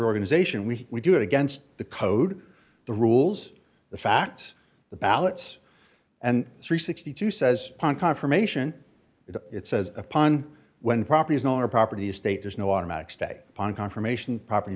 organization we we do it against the code the rules the facts the ballots and three hundred and sixty two says on confirmation and it says upon when properties on our property state there's no automatic stay on confirmation property